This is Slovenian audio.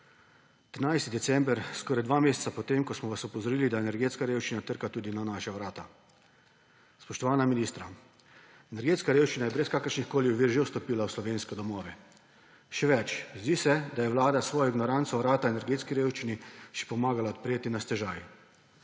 13 december, skoraj dva meseca po tem, ko smo vas opozorili, da energetska revščina trka tudi na naša vrata. Spoštovana ministra, energetska revščina je brez kakršnihkoli ovir že vstopila v slovenske domove. Še več, zdi se, da je vlada s svojo ignoranco vrata energetski revščini še pomagala odpreti na stežaj.